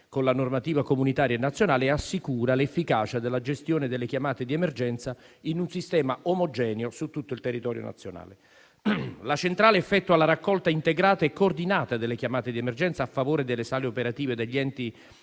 con le normative comunitaria e nazionale, assicura l'efficacia della gestione delle chiamate di emergenza in un sistema omogeneo su tutto il territorio nazionale. La centrale effettua la raccolta integrata e coordinata delle chiamate di emergenza a favore delle sale operative degli enti